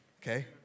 okay